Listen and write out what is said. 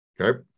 Okay